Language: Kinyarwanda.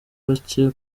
bake